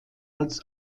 als